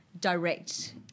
direct